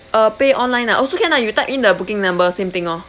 uh pay online ah also can lah you type in the booking number same thing lor